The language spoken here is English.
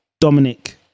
Dominic